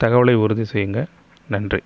தகவலை உறுதி செய்யுங்கள் நன்றி